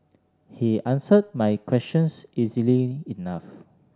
he answered my questions easily enough